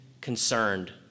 concerned